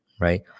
right